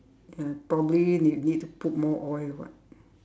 ya probably you need to put more oil [what]